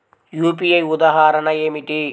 UPI ఉదాహరణ ఏమిటి?